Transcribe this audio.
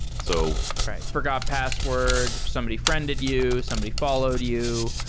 so forgot password, if somebody friended you, somebody followed you,